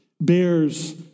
bears